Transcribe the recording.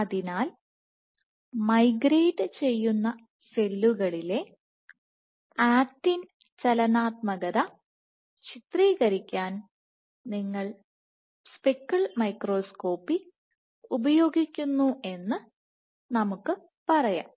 അതിനാൽ മൈഗ്രേറ്റ് ചെയ്യുന്ന സെല്ലുകളിലെ ആക്റ്റിൻ ചലനാത്മകത ചിത്രീകരിക്കാൻ നിങ്ങൾ സ്പെക്കിൾ മൈക്രോസ്കോപ്പി ഉപയോഗിക്കുന്നുവെന്ന് നമുക്ക് പറയാം